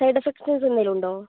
side effects എന്തെങ്കിലുമുണ്ടോ